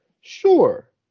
Sure